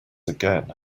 again